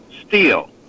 steel